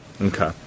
Okay